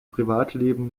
privatleben